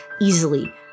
easily